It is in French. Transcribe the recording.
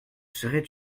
serait